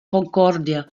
concordia